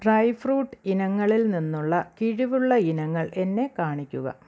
dry fruit ഇനങ്ങളിൽ നിന്നുള്ള കിഴിവുള്ള ഇനങ്ങൾ എന്നെ കാണിക്കുക